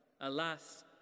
Alas